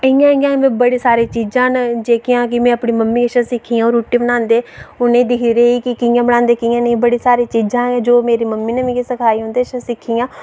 इं'या इं'या बड़ी सारियां चीज़ां न जेह्कियां में मम्मी कशा सिक्खियां ओह् रुट्टी बनांदे उनेंगी दिखदी रेही कि कि'यां बनांदे ते कि'यां नेईं हर चीज़ां जो मिगी मेरी मम्मी नै सखाई ओह् उं'दे कशा सिक्खियां